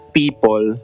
people